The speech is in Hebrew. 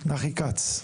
כץ.